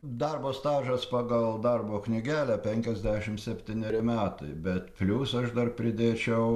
darbo stažas pagal darbo knygelę penkiasdešimt septyneri metai bet plius aš dar pridėčiau